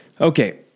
Okay